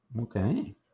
Okay